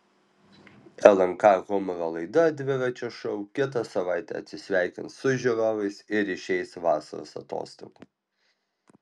lnk humoro laida dviračio šou kitą savaitę atsisveikins su žiūrovais ir išeis vasaros atostogų